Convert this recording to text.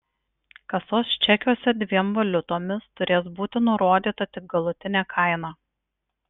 kasos čekiuose dviem valiutomis turės būti nurodyta tik galutinė kaina